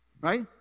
Right